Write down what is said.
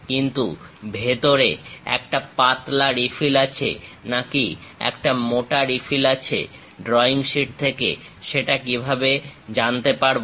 কিন্তু ভেতরে একটা পাতলা রিফিল আছে নাকি একটা মোটা রিফিল আছে ড্রইং শীট থেকে সেটা কিভাবে জানতে পারবো